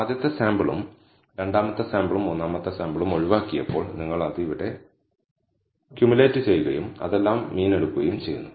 ആദ്യത്തെ സാമ്പിളും രണ്ടാമത്തെ സാമ്പിളും മൂന്നാമത്തെ സാമ്പിളും ഒഴിവാക്കിയപ്പോൾ നിങ്ങൾ അത് ഇവിടെ ക്മുമുലേറ്റ് ചെയ്യുകയും അതെല്ലാം മീൻ എടുക്കുകയും ചെയ്യുന്നു